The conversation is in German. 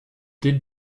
den